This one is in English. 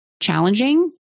challenging